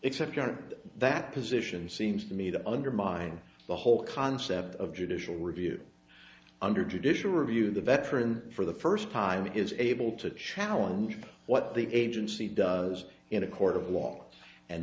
except that position seems to me to undermine the whole concept of judicial review under judicial review the veteran for the first time is able to challenge what the agency does in a court of law and